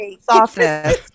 softness